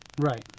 Right